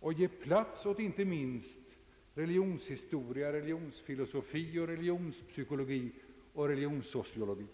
och ge plats åt inte minst religionshistoria, religionsfilosofi, religionspsykologi och religionssociologi.